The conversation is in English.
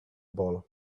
ball